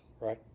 right